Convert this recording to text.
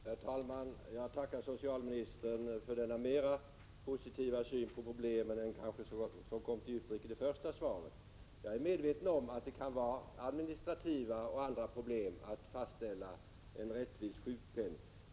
Herr talman! Jag tackar socialministern för denna, jämfört med svaret, mer positiva syn på problemen. Jag är medveten om att det kan innebära administrativa och andra problem att fastställa en rättvis sjukpenning.